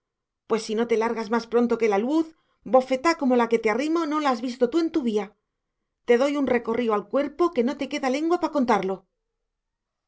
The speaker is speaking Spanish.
pues si no te largas más pronto que la luz bofetá como la que te arrimo no la has visto tú en tu vía te doy un recorrío al cuerpo que no te queda lengua pa contarlo